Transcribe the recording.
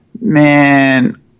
man